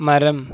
மரம்